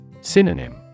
Synonym